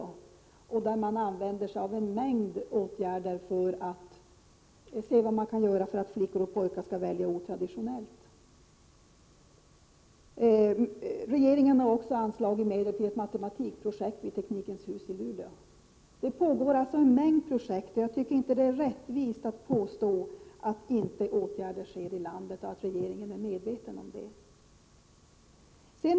1987/88:133 använder sig av en mängd åtgärder för att se vad man kan göra för att flickor — 3 juni 1988 och pojkar skall välja linjer och ämnen otraditionellt. Regeringen har också anslagit medel till ett matematikprojekt i Teknikens hus i Luleå. Det pågår alltså en mängd projekt, och jag tycker inte att det är rättvist att påstå att inga åtgärder vidtas och att regeringen inte visar medvetenhet på det här området.